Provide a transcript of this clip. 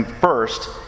first